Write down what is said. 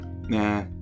nah